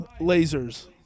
lasers